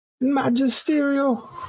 magisterial